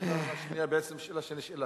השאלה השנייה היא בעצם שאלה שנשאלה.